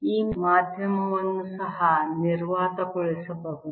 ಈ ಮಾಧ್ಯಮವನ್ನು ಸಹ ನಿರ್ವಾತಗೊಳಿಸಬಹುದು